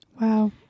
Wow